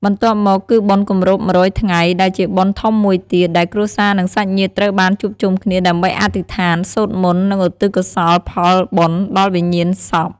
បន្ទាប់មក គឺបុណ្យគម្រប់ ១០០ ថ្ងៃ ដែលជាបុណ្យធំមួយទៀត ដែលគ្រួសារនិងសាច់ញាតិត្រូវបានជួបជុំគ្នាដើម្បីអធិដ្ឋាន សូត្រមន្ត និងឧទ្ទិសកុសលផលបិណ្យដល់វិញ្ញាណសព។